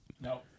No